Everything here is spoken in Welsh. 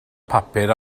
papur